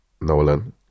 Nolan